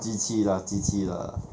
机器 lah 机器 lah